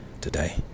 today